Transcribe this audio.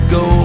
go